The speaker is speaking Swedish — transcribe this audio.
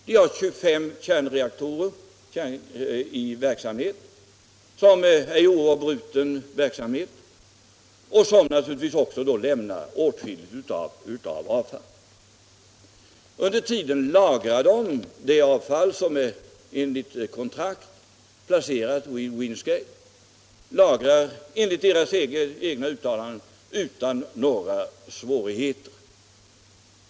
De har 25 kärnreaktorer i oavbruten verksamhet som naturligtvis lämnar åtskilligt avfall. Under tiden lagrar de det avfall som enligt kontrakt är placerat vid Windscale —- enligt deras egna uttalanden utan några svårigheter.